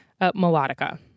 Melodica